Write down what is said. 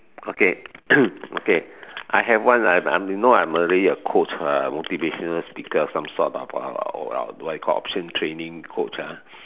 okay okay I have one I I'm you know I'm already a coach uh motivational speaker some sort of a a what do you call option training coach ah